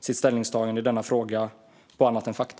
sitt ställningstagande i denna fråga på annat än fakta?